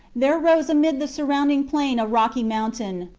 there rose amid the surrounding plain a rocky mountain,